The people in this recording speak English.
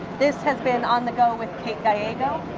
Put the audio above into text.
this has been on the go with kate gallego.